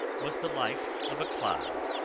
was the life of a clod?